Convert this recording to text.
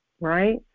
right